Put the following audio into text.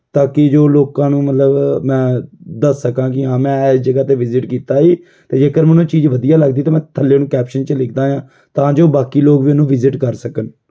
ਤਾਂ ਕਿ ਜੋ ਲੋਕਾਂ ਨੂੰ ਮਤਲਬ ਮੈਂ ਦੱਸ ਸਕਾਂ ਕਿ ਹਾਂ ਮੈਂ ਇਸ ਜਗ੍ਹਾ 'ਤੇ ਵਿਜ਼ਿਟ ਕੀਤਾ ਹੈ ਅਤੇ ਜੇਕਰ ਮੈਨੂੰ ਚੀਜ਼ ਵਧੀਆ ਲੱਗਦੀ ਤਾਂ ਮੈਂ ਥੱਲੇ ਉਹਨੂੰ ਕੈਪਸ਼ਨ 'ਚ ਲਿਖਦਾ ਹਾਂ ਤਾਂ ਜੋ ਬਾਕੀ ਲੋਕ ਵੀ ਉਹਨੂੰ ਵਿਜ਼ਿਟ ਕਰ ਸਕਣ